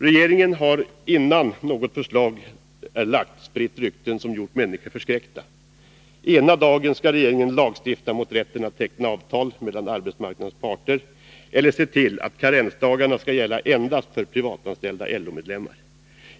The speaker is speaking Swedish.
Regeringen har, innan något förslag är lagt, spritt rykten som gjort människor förskräckta. Ena dagen skall regeringen lagstifta mot rätten att teckna avtal mellan arbetsmarknadens parter eller se till att karensdagarna skall gälla endast för privatanställda LO-medlemmar.